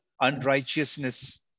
unrighteousness